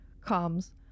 comes